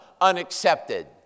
unaccepted